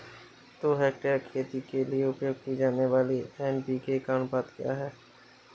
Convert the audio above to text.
दो हेक्टेयर खेती के लिए उपयोग की जाने वाली एन.पी.के का अनुपात क्या है?